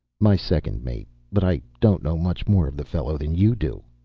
my second mate. but i don't know much more of the fellow than you do.